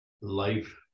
life